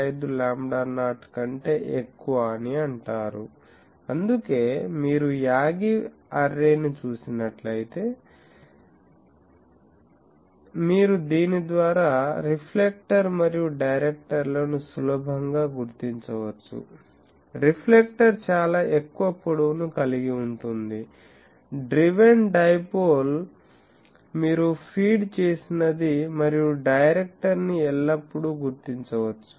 5 lambda nought కంటే ఎక్కువ అని అంటారు అందుకే మీరు యాగీ అర్రే ని చూసినట్లయితే మీరు దీని ద్వారా రిఫ్లెక్టర్ మరియు డైరెక్టర్లను సులభంగా గుర్తించవచ్చు రిఫ్లెక్టర్ చాలా ఎక్కువ పొడవుగా ఉంటుంది డ్రివెన్ డైపోల్ మీరు ఫీడ్ చేసినది మరియు డైరెక్టర్ ని ఎల్లప్పుడూ గుర్తించవచ్చు